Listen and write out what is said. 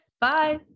bye